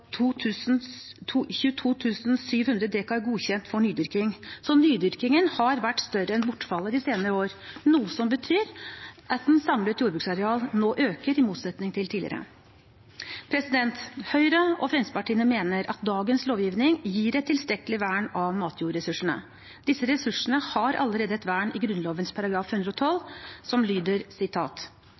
nydyrkingen har vært større enn bortfallet de senere år, noe som betyr at det samlede jordbruksarealet nå øker, i motsetning til tidligere. Høyre og Fremskrittspartiet mener at dagens lovgivning gir et tilstrekkelig vern av matjordressursene. Disse ressursene har allerede et vern i Grunnloven § 112, som lyder: